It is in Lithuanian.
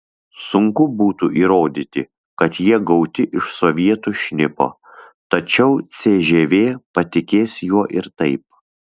sunku būtų įrodyti kad jie gauti iš sovietų šnipo tačiau cžv patikės juo ir taip